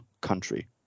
country